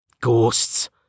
Ghosts